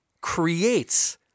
creates